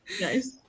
Nice